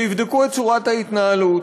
ויבדקו את צורת ההתנהלות,